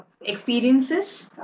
experiences